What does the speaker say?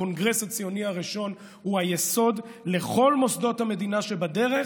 הקונגרס הציוני הראשון הוא היסוד לכל מוסדות המדינה שבדרך,